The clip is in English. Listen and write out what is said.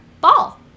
Ball